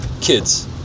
kids